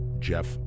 Jeff